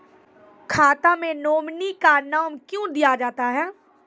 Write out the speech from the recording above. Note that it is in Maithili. खाता मे नोमिनी का नाम क्यो दिया जाता हैं?